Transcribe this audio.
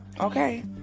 okay